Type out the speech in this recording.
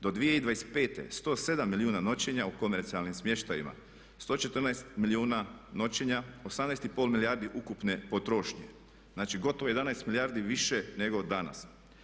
Do 2025. 107 milijuna noćenja u komercijalnim smještajima, 114 milijuna noćenja, 18,5 milijardi ukupne potrošnje, znači gotovo 11 milijardi više nego danas.